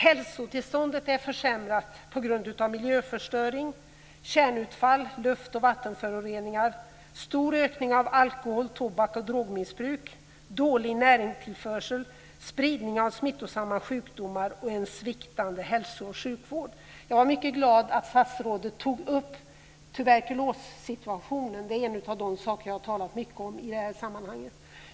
Hälsotillståndet är försämrat på grund av miljöförstöring, kärnavfall, luft och vattenföroreningar. Det har också skett en stor ökning av missbruk av alkohol, tobak och droger. Näringstillförseln är dålig, spridningen av smittsamma sjukdomar har ökat och hälso och sjukvården är sviktande. Jag är mycket glad att statsrådet tog upp tuberkulossituationen. Det är en av de frågor som jag har talat mycket om i de här sammanhangen.